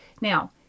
now